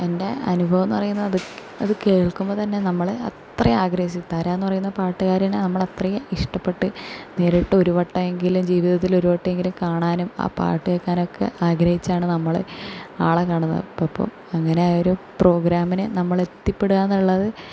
എന്റെ അനുഭവംന്ന് പറയുന്നത് അത് അത് കേൾക്കുമ്പം തന്നെ നമ്മളെ അത്ര ആഗ്രഹം സിത്താരാന്ന് പറയുന്ന പാട്ട് കാരീനെ നമ്മളത്രയും ഇഷ്ടപ്പെട്ട് നേരിട്ട് ഒരു വട്ടമെങ്കിലും ജീവിതത്തിൽ ഒരു വട്ടമെങ്കിലും കാണാനും ആ പാട്ട് കേൾക്കാനുവക്കെ ആഗ്രഹിച്ചാണ് നമ്മൾ ആളെ കാണുന്നത് അപ്പപ്പം അങ്ങനെ ആയൊരു പ്രോഗ്രാമിന് നമ്മളെത്തിപ്പെടുകാ എന്നുള്ളത്